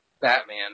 Batman